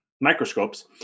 microscopes